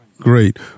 Great